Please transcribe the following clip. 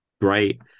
great